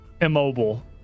immobile